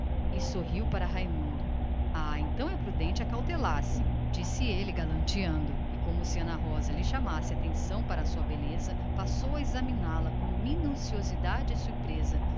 e sorriu para raimundo nesse caso é prudente acautelar se volveu ele galanteando e como se ana rosa lhe chamara a atenção para a própria beleza passou a considerá la melhor enquanto a